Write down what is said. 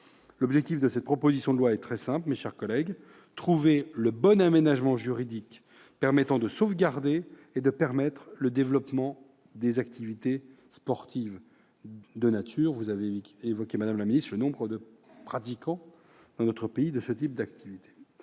L'objectif de cette proposition de loi est très simple, mes chers collègues : trouver le bon aménagement juridique permettant de sauvegarder et de permettre le développement d'activités sportives et de nature. Vous avez ainsi évoqué, madame la secrétaire d'État, le nombre de pratiquants dans notre pays de ce type d'activités.